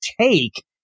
take